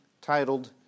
titled